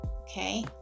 Okay